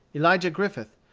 elijah griffith,